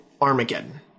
Armageddon